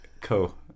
Cool